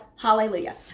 Hallelujah